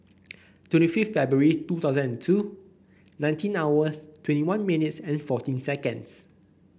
twenty fifth February two thousand and two nineteen hours twenty one minutes and fourteen seconds